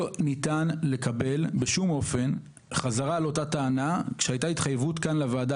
לא ניתן לקבל בשום אופן חזרה על אותה טענה כשהייתה התחייבות כאן לוועדה